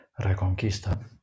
Reconquista